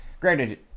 granted